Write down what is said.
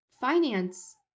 finance